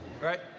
right